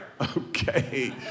Okay